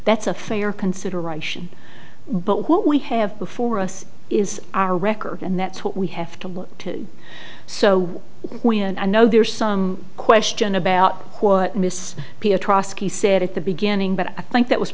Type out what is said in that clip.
that's a fair consideration but what we have before us is our record and that's what we have to look to so when i know there's some question about what miss piotrowski said at the beginning but i think that was